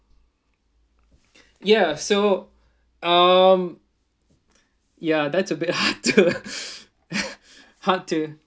ya so um ya that's a bit hard to hard to